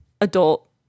adult